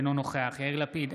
אינו נוכח יאיר לפיד,